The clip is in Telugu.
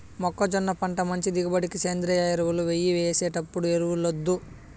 మొక్కజొన్న పంట మంచి దిగుబడికి సేంద్రియ ఎరువులు ఎయ్యి ఎప్పుడేసే ఎరువులొద్దు